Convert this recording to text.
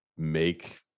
make